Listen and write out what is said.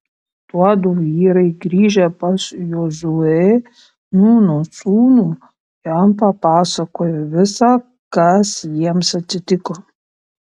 tuodu vyrai grįžę pas jozuę nūno sūnų jam papasakojo visa kas jiems atsitiko